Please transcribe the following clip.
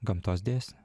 gamtos dėsnių